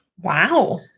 Wow